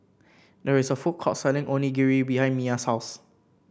there is a food court selling Onigiri behind Miya's house